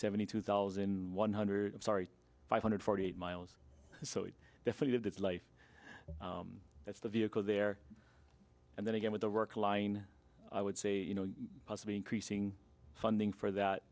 seventy two thousand one hundred i'm sorry five hundred forty eight miles so it's definitely that's life that's the vehicle there and then again with the work line i would say you know possibly increasing funding for that